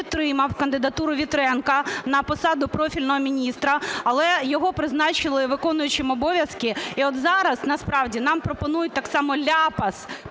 кандидатуру Вітренка на посаду профільного міністра, але його призначили виконуючим обов'язки. І от зараз, насправді, нам пропонують так само ляпас